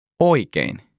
Oikein